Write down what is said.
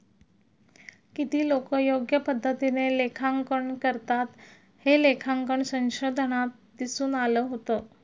किती लोकं योग्य पद्धतीने लेखांकन करतात, हे लेखांकन संशोधनात दिसून आलं होतं